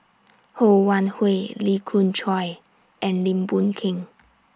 Ho Wan Hui Lee Khoon Choy and Lim Boon Keng